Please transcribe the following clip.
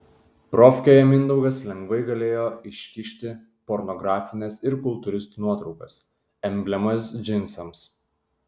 profkėje mindaugas lengvai galėjo iškišti pornografines ir kultūristų nuotraukas emblemas džinsams